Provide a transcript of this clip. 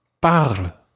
parle